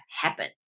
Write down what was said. happen